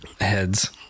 heads